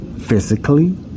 physically